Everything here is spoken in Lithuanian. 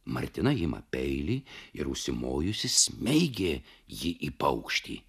martina ima peilį ir užsimojusi smeigė jį į paukštį